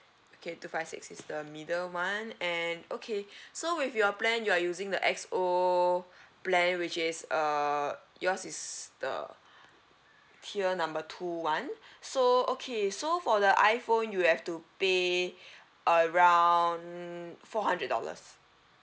okay two five six is the middle one and okay so with your plan you are using the X O plan which is uh yours is the tier number two [one] so okay so for the iphone you have to pay around four hundred dollars